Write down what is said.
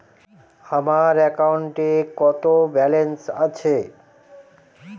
আমার অ্যাকাউন্টে কত ব্যালেন্স আছে?